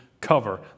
cover